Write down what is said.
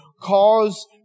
cause